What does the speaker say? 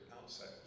outside